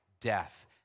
death